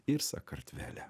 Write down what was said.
ir sakartvele